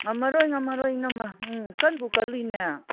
ꯉꯝꯃꯔꯣꯏ ꯉꯝꯃꯔꯣꯏ ꯏꯅꯝꯃ ꯎꯝ ꯀꯟꯕꯨ ꯀꯜꯂꯤꯅꯦ